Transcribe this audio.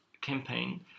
campaign